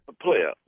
Player